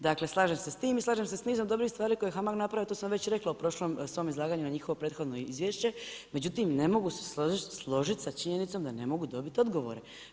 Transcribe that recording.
Dakle, slažem se s tim i slažem se nizom dobrih stvari koje je HAMAG napravio to sam već rekla u svom izlaganju na prethodno izvješće, međutim ne mogu se složiti sa činjenicom da ne mogu dobiti odgovore.